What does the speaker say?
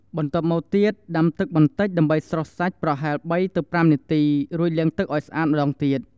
បន្ទាប់មកទៀតដាំទឹកបន្តិចដើម្បីស្រុះសាច់ប្រហែល ៣ ទៅ ៥ នាទីរួចលាងទឹកឲ្យស្អាតម្ដងទៀត។